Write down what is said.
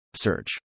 Search